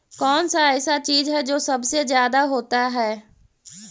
कौन सा ऐसा चीज है जो सबसे ज्यादा होता है?